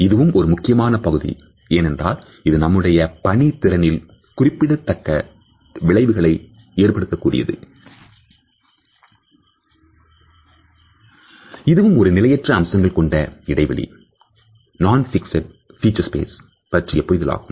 இதுவும் ஒரு முக்கியமான பகுதி ஏனென்றால் இது நம்முடைய பணி திறனில் குறிப்பிடத்தக்க தாக்கத்தை ஏற்படுத்தக்கூடியது இதுவும் ஒரு நிலையற்ற அம்சங்கள் கொண்ட இடைவெளி non fixed feature space பற்றிய புரிதல் ஆகும்